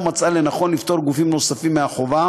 מצאה לנכון לפטור גופים נוספים מהחובה